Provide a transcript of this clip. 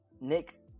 Nick